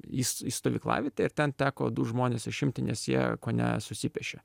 į s į stovyklavietę ir ten teko du žmones išimti nes jie kone susipešė